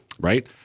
right